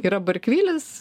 yra barkvilis